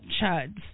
chuds